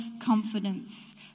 confidence